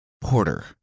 Porter